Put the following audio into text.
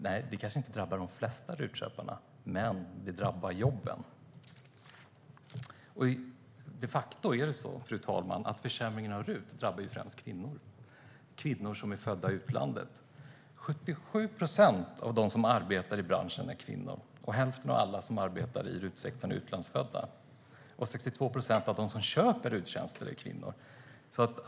Nej, det kanske inte drabbar de flesta RUT-köpare, men det drabbar jobben. De facto är det så, fru talman, att försämringen av RUT främst drabbar kvinnor - kvinnor som är födda i utlandet. 77 procent av dem som arbetar i branschen är kvinnor, och hälften av alla som arbetar i RUT-sektorn är utlandsfödda. 62 procent av dem som köper RUT-tjänster är kvinnor.